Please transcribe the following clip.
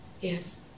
Yes